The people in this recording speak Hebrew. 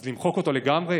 אז למחוק אותו לגמרי?